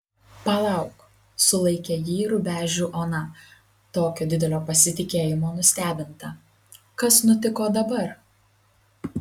palauk sulaikė jį rubežių ona tokio didelio pasitikėjimo nustebinta kas nutiko dabar